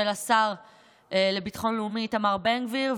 של השר לביטחון לאומי איתמר בן גביר,